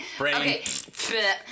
okay